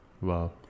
Wow